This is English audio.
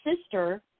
sister